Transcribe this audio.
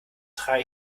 trage